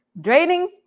draining